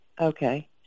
Okay